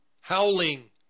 howling